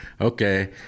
okay